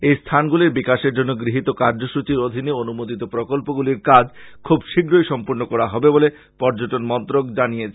এই স্থানগুলির বিকাশের জন্য গৃহীত কার্যসূচীর অধীনে অনুমোদিত প্রকল্পগুলির কাজ খুব শীঘ্রই সম্পূর্ন করা হবে বলে পর্যটন মন্ত্রক জানিয়েছে